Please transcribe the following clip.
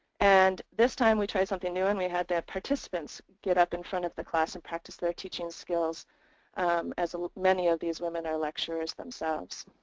and this time we tried something new and we had the participants get up in front of the class and practice their teaching skills as many of these women are lecturers themselves.